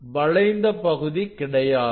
வளைந்த பகுதி கிடையாது